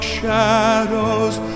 shadows